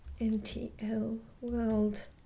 ntlworld